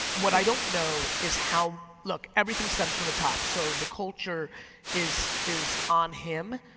what i don't know is how. look, everything stems from the top. so the culture is is on him.